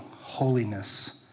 holiness